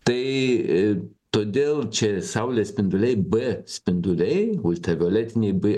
tai todėl čia saulės spinduliai b spinduliai ultravioletiniai b